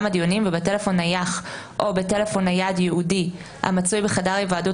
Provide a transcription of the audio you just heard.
הדיונים ובטלפון נייח או בטלפון נייד ייעודי המצוי בחדר היוועדות